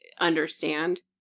understand